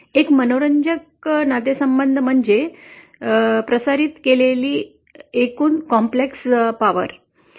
एक मजेशीर नातेसंबंध म्हणजे प्रसारित केलेली एकूण गुंतागुंतीची शक्ती